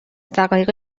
دقایق